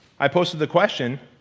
i posted the question,